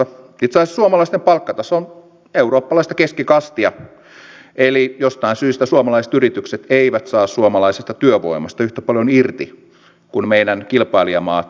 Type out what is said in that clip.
itse asiassa suomalaisten palkkataso on eurooppalaista keskikastia eli jostain syystä suomalaiset yritykset eivät saa suomalaisesta työvoimasta yhtä paljon irti kuin meidän kilpailijamaamme joissa talous kasvaa